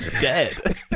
dead